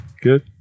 Good